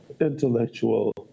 intellectual